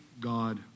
God